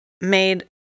made